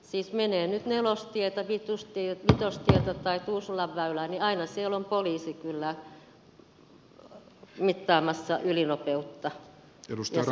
siis menee sitten nelostietä vitostietä tai tuusulanväylää niin aina siellä on poliisi kyllä mittaamassa ylinopeutta ja sakottamassa